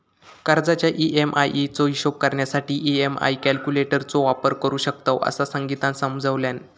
कर्जाच्या ई.एम्.आई चो हिशोब करण्यासाठी ई.एम्.आई कॅल्क्युलेटर चो वापर करू शकतव, असा संगीतानं समजावल्यान